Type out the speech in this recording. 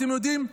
אתם יודעים,